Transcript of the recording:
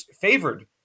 favored